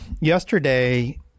Yesterday